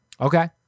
Okay